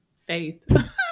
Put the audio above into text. faith